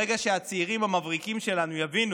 ברגע שהצעירים המבריקים שלנו יבינו